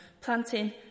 planting